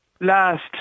last